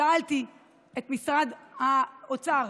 שאלתי את משרד האוצר.